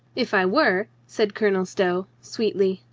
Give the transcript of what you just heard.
if i were, said colonel stow sweetly,